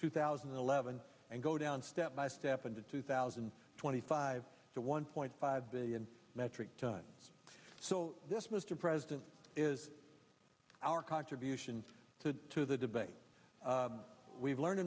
two thousand and eleven and go down step by step into two thousand and twenty five to one point five billion metric tons so this mr president is our contravene to to the debate we've learned